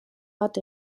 bat